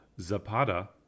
Zapata